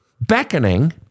beckoning